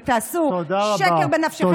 ותעשו שקר בנפשכם אם תצביעו נגד.